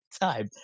time